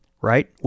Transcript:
right